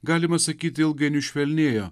galima sakyti ilgainiui švelnėjo